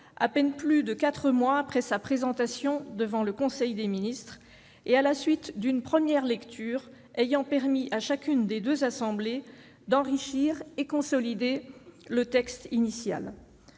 à peine plus de quatre mois après la présentation du projet de loi en conseil des ministres et après une première lecture ayant permis à chacune des deux assemblées d'enrichir et de consolider le texte initial.